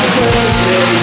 Thursday